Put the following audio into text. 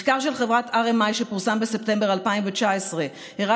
מחקר של חברת RMI שפורסם בספטמבר 2019 הראה